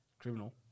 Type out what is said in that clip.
Criminal